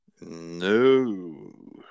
No